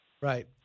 Right